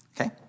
Okay